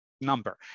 number